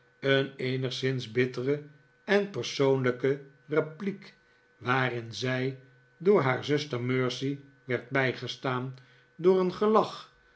een eenigszins bittere en persoonlijke repliek waarin zij door haar zuster mercy werd bijgestaan door een gelach